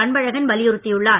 அன்பழகன் வலியுறுத்தியுள்ளார்